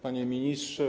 Panie Ministrze!